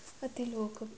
ਅਤੇ ਲੋਕ